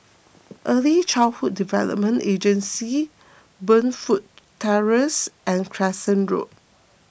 Early Childhood Development Agency Burnfoot Terrace and Crescent Road